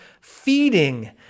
feeding